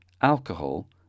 alcohol